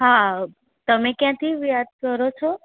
હા તમે ક્યાંથી વાત કરો છો